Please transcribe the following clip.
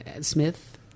Smith